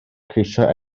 ceisio